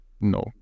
No